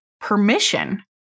permission